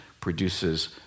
produces